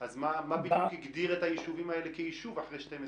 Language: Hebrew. אז מה בדיוק הגדיר את היישובים האלה כיישוב אחרי 12 שנה?